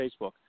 Facebook